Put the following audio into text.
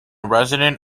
resident